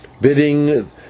Bidding